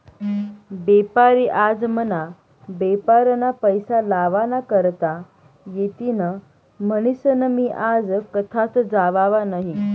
बेपारी आज मना बेपारमा पैसा लावा ना करता येतीन म्हनीसन मी आज कथाच जावाव नही